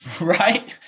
right